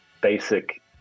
basic